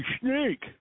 snake